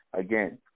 Again